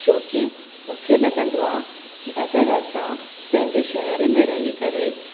छोकी मूंखे लॻंदो आहे की अगरि असां पंहिंजे शहर में रही करे